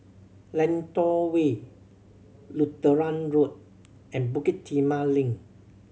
Lentor Way Lutheran Road and Bukit Timah Link